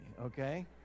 okay